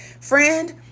Friend